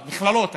מכללות.